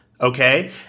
Okay